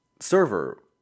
server